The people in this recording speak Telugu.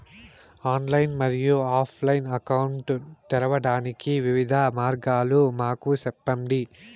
ఆన్లైన్ మరియు ఆఫ్ లైను అకౌంట్ తెరవడానికి వివిధ మార్గాలు మాకు సెప్పండి?